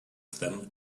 them